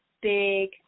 big